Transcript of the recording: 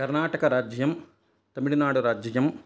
कर्णाटकराज्यम् तमिल्नाडु राज्यम्